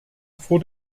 vor